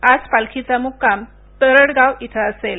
आज पालखीचा मुक्काम तडरगाव इथं असेल